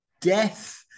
death